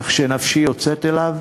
כך שנפשי יוצאת אליו,